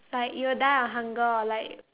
like you'll die of hunger or like